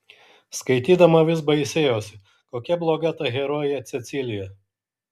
skaitydama vis baisėjosi kokia bloga ta herojė cecilija